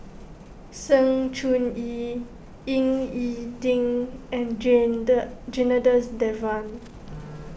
Sng Choon Yee Ying E Ding and Janadas Devan